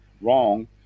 wrong